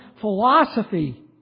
philosophy